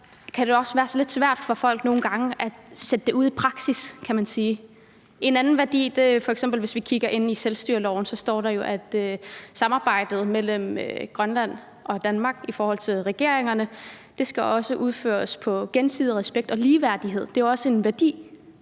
kan være sådan lidt svært for folk at føre det ud i praksis, kan man sige. En anden værdi er jo f.eks,. at der, hvis vi kigger ind i selvstyreloven, står, at samarbejdet mellem Grønland og Danmark i forhold til regeringerne også skal udføres ud fra gensidig respekt og ligeværdighed, og det er jo også en værdi.